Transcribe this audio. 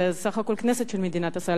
זה בסך הכול כנסת של מדינת ישראל,